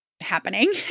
happening